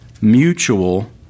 mutual